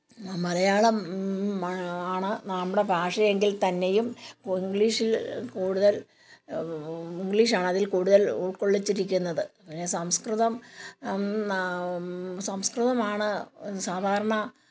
മലയാളം ആണ് നമ്മുടെ ഭാഷയെങ്കിൽ തന്നെയും ഇംഗീഷിൽ കൂടുതൽ ഇംഗ്ളീഷാണതിൽ കൂടുതൽ ഉൾക്കൊള്ളിച്ചിരിക്കുന്നത് പിന്നെ സംസ്കൃതം സംസ്കൃതമാണ് സാധാരണ